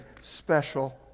special